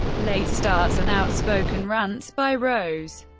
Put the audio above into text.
late starts, and outspoken rants by rose.